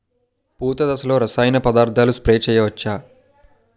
పూత దశలో రసాయన పదార్థాలు స్ప్రే చేయచ్చ?